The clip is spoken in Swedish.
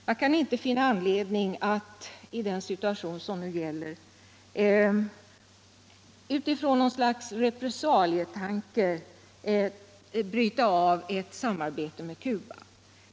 Jag kan inte finna anledning att i den situation som nu råder, på grundval av något slags repressalietanke, avbryta ett samarbete med Cuba.